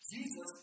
Jesus